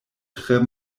tre